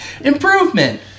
improvement